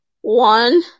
One